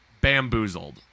bamboozled